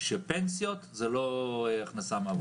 שפנסיות זה לא הכנסה מעבודה.